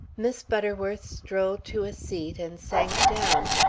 miss butterworth strolled to a seat and sat down.